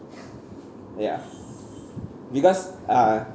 ya because uh